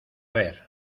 ver